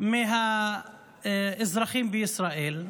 מהאזרחים בישראל,